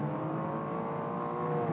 or